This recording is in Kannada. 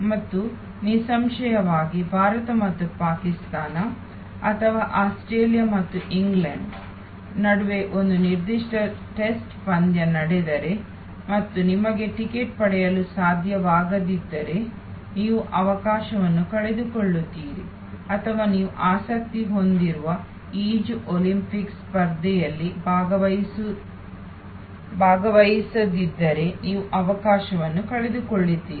ಮತ್ತು ನಿಸ್ಸಂಶಯವಾಗಿ ಭಾರತ ಮತ್ತು ಪಾಕಿಸ್ತಾನ ಅಥವಾ ಆಸ್ಟ್ರೇಲಿಯಾ ಮತ್ತು ಇಂಗ್ಲೆಂಡ್ ನಡುವೆ ಒಂದು ನಿರ್ದಿಷ್ಟ ಟೆಸ್ಟ್ ಪಂದ್ಯ ನಡೆದರೆ ಮತ್ತು ನಿಮಗೆ ಟಿಕೆಟ್ ಪಡೆಯಲು ಸಾಧ್ಯವಾಗದಿದ್ದರೆ ನೀವು ಅವಕಾಶವನ್ನು ಕಳೆದುಕೊಳ್ಳುತ್ತೀರಿ ಅಥವಾ ನೀವು ಆಸಕ್ತಿ ಹೊಂದಿರುವ ಈಜು ಒಲಿಂಪಿಕ್ಸ್ ಸ್ಪರ್ಧೆಯಲ್ಲಿ ಭಾಗವಹಿಸದಿದ್ದರೆ ನೀವು ಅವಕಾಶವನ್ನು ಕಳೆದುಕೊಳ್ಳುತ್ತೀರಿ